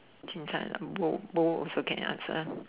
Chin-Cai lah both both also can answer